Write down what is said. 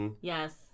Yes